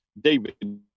David